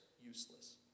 useless